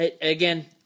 Again